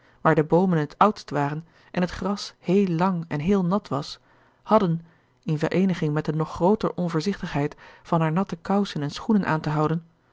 waar de boomen het oudst waren en het gras heel lang en heel nat was hadden in vereeniging met de nog grooter onvoorzichtigheid van haar natte kousen en schoenen aan te houden marianne